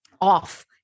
off